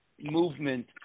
movement